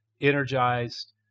energized